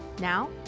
now